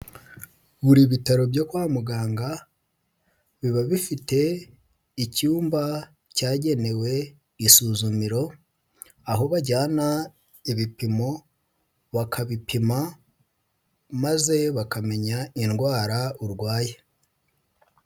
Buri bitaro byo kwa muganga biba bifite icyumba cyagenewe isuzumiro, aho bajyana ibipimo bakabipima maze bakamenya indwara urwaye.